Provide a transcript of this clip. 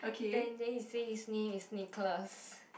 then then he say his name is Nicholas